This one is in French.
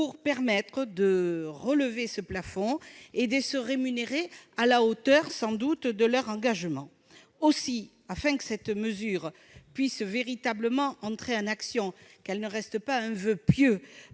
pour permettre de relever ce plafond et se rémunérer à la hauteur de leur engagement. Aussi, afin que cette mesure puisse véritablement être mise en oeuvre et ne reste pas un voeu pieux